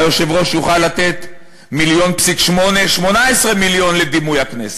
והיושב-ראש יוכל לתת 1.8, 18 מיליון לדימוי הכנסת.